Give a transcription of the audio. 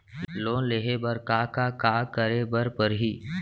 Loan लेहे बर का का का करे बर परहि?